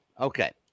Okay